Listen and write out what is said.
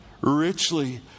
Richly